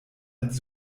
als